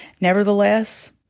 Nevertheless